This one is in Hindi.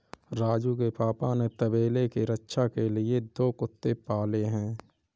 राजू के पापा ने तबेले के रक्षा के लिए दो कुत्ते पाले हैं